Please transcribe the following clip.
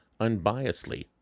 unbiasedly